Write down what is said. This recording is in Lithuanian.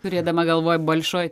turėdama galvoje balšoj